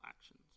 actions